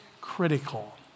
critical